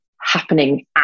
happening